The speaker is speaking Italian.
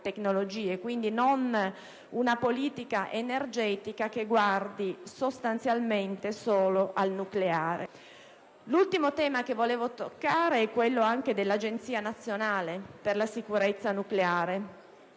quindi, per una politica energetica che guardi sostanzialmente solo al nucleare. L'ultimo tema che volevo toccare è quello dell'Agenzia nazionale per la sicurezza nucleare